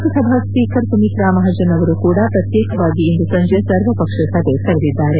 Lok Sabha speaker Sumitra Mahajan ಅವರು ಕೂಡ ಪ್ರತ್ಲೇಕವಾಗಿ ಇಂದು ಸಂಜೆ ಸರ್ವಪಕ್ಷ ಸಭೆ ಕರೆದಿದ್ದಾರೆ